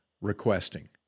requesting